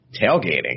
tailgating